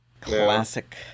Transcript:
classic